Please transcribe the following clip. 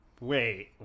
Wait